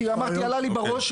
עלה לי בראש,